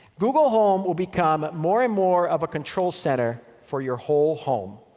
google home will become more and more of a control center for your whole home.